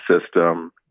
system